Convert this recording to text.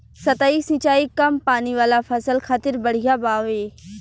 सतही सिंचाई कम पानी वाला फसल खातिर बढ़िया बावे